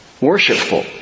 Worshipful